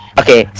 okay